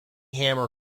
hammer